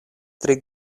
tri